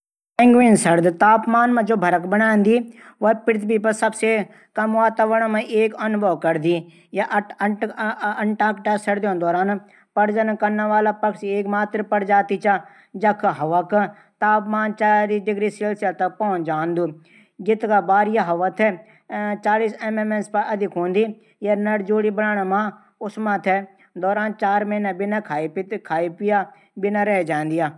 पेंगुइन सर्द तापमान मा ज्वा भरत बणादी वा पृथ्वी पर सबसे कम वातावरण मा करदी अंटार्कटिका सर्द द्वारा प्रजनन करण वाला पक्षी एक मात्र प्रजाति चा जख हवा का तापमान तीन डिग्री सेल्सियस तक पहुंच जांदू। कतका बार य हवा थै। चालीस एम् एम् तक य नर जोडी बनाण मा उष्मा थै बिना खंया पिया रह जांदी